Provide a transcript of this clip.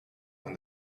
when